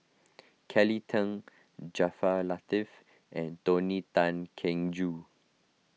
Kelly Tang Jaafar Latiff and Tony Tan Keng Joo